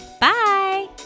Bye